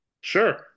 sure